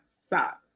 stop